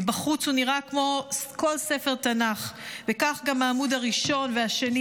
מבחוץ הוא נראה כמו כל ספר תנ"ך וכך גם העמוד הראשון והשני,